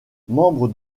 membre